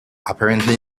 apparently